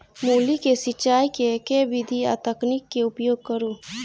मूली केँ सिचाई केँ के विधि आ तकनीक केँ उपयोग करू?